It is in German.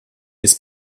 des